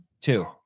Two